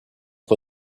for